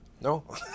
No